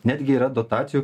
netgi yra dotacijų